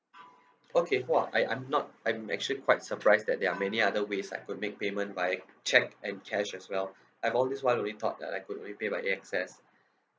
okay !wah! I I'm not I'm actually quite surprised that there are many other ways I could make payment via cheque and cash as well I've always want only thought that I could only pay by A_X_S